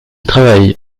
travaille